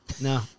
No